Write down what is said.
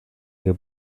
que